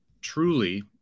truly